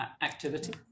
activity